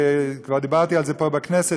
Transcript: וכבר דיברתי על זה פה בכנסת,